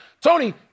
tony